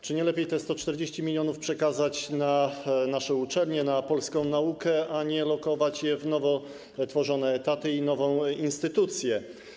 Czy nie lepiej te 140 mln zł przekazać na nasze uczelnie, na polską naukę, a nie lokować je w nowo tworzonych etatach i nowej instytucji?